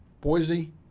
Boise